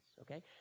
okay